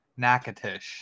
Nakatish